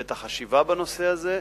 ואת החשיבה בנושא הזה,